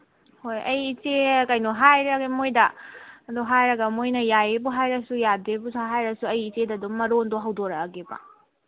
ꯍꯣꯏ ꯑꯩ ꯏꯆꯦ ꯀꯩꯅꯣ ꯍꯥꯏꯔꯒꯦ ꯃꯣꯏꯗ ꯑꯗꯣ ꯍꯥꯏꯔꯒ ꯃꯣꯏꯅ ꯌꯥꯏꯌꯦꯕꯨ ꯍꯥꯏꯔꯁꯨ ꯌꯥꯗꯦꯕꯨ ꯍꯥꯏꯔꯁꯨ ꯑꯩ ꯏꯆꯦꯗ ꯑꯗꯨꯝ ꯃꯔꯣꯜꯗꯣ ꯍꯧꯗꯣꯔꯛꯑꯒꯦꯕ